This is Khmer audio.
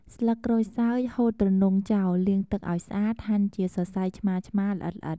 ស្លឹកក្រូចសើច ហូតទ្រនុងចោល លាងទឹកឲ្យស្អាត ហាន់ជាសរសៃឆ្មារៗល្អិតៗ។